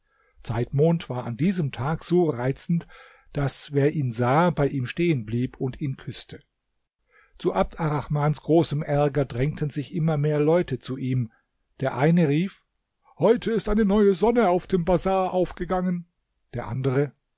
zeitmond war an diesem tag so reizend daß wer ihn sah bei ihm stehen blieb und ihn küßte zu abd arrahmans großem ärger drängten sich immer mehr leute zu ihm der eine rief heute ist eine neue sonne auf dem bazar aufgegangen der andere